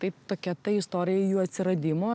tai tokia ta istorija jų atsiradimo